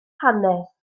hanes